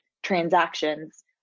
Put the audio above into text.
transactions